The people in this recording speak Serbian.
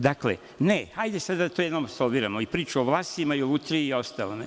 Dakle, ne, hajde da sada to jednom apsolviramo, priču o Vlasima, o Lutriji i ostalom.